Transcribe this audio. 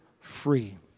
free